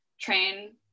train